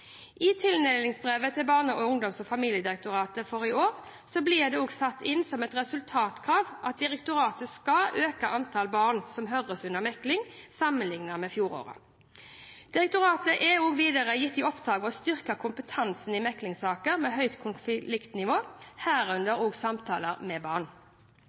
I tildelingsbrevet til Barne-, ungdoms- og familiedirektoratet for i år ble det satt inn som et resultatkrav at direktoratet skal øke antallet barn som høres under mekling, sammenlignet med fjoråret. Direktoratet er videre gitt i oppdrag å styrke kompetansen i meklingssaker med høyt konfliktnivå, herunder også samtaler med barn.